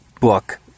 book